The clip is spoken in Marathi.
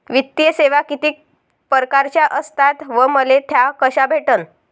वित्तीय सेवा कितीक परकारच्या असतात व मले त्या कशा भेटन?